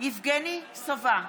יבגני סובה,